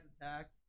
attack